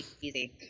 easy